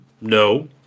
No